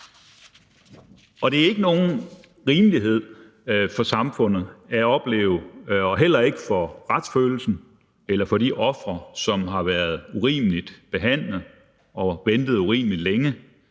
Det er ikke rimeligt for samfundet og heller ikke for retsfølelsen eller for de ofre, som har været urimeligt behandlet og ventet urimelig længe